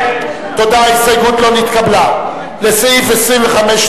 ההסתייגות של קבוצת סיעת חד"ש לסעיף 25(1)